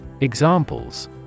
Examples